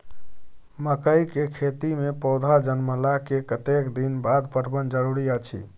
मकई के खेती मे पौधा जनमला के कतेक दिन बाद पटवन जरूरी अछि?